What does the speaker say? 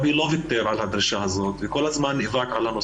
את כולם לאותה נקודת סיום של כל צעיר וצעירה ישראלים,